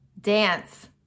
dance